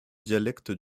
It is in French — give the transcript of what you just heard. dialectes